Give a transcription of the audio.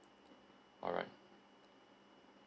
alright